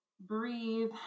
breathe